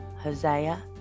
Hosea